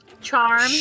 Charm